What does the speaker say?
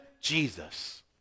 jesus